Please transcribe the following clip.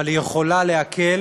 אבל היא יכולה להקל